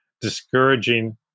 discouraging